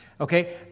Okay